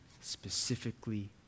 specifically